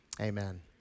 amen